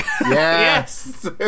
Yes